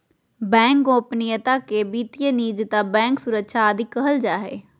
bank गोपनीयता के वित्तीय निजता, बैंक सुरक्षा आदि कहल जा हइ